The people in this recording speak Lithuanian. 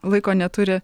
laiko neturi